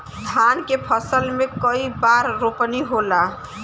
धान के फसल मे कई बार रोपनी होला?